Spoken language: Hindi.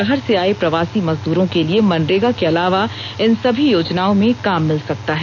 बाहर से आये प्रवासी मजदूरों के लिए मनरेगा के अलावा इन सभी योजनाओं में काम मिल सकता है